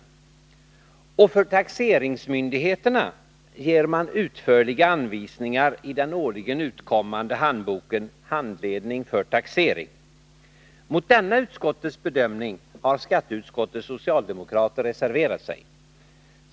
För taxeringsmyndigheterna ger man utförliga anvisningar i den årligen utkommande handboken Handledning för taxering. Mot denna utskottets bedömning har skatteutskottets socialdemokrater reserverat sig.